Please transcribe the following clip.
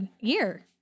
year